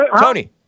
Tony